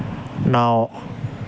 نو